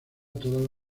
todas